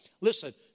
Listen